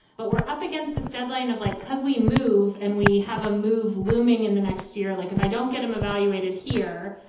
but we're up against this deadline of, like, cozily move and we have a move looming in the next year. like, if i don't get him evaluated here,